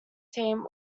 team